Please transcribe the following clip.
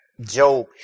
Job